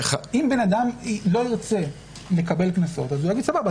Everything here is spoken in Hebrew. אם בן אדם לא ירצה לקבל קנסות אז הוא יגיד: סבבה,